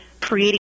creating